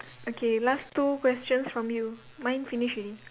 okay last two questions from you mine finish already